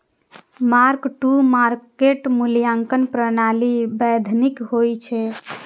mark to market मूल्यांकन प्रणाली वैधानिक होइ छै